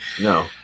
No